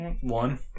One